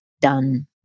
done